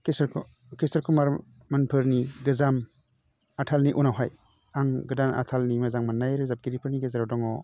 किशर किशर कुमार मोनफोरनि गोजाम आथालनि उनावहाय आं गोदान आथालनि मोजां मोन्नाय रोजाबगिरिफोरनि गेजेराव दङ